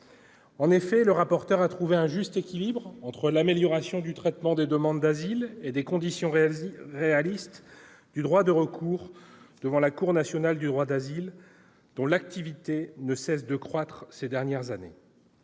En effet, le rapporteur a trouvé un juste équilibre entre l'amélioration du traitement des demandes d'asile et les conditions réalistes du droit de recours devant la Cour nationale du droit d'asile, dont l'activité ne cesse de croître ces dernières années.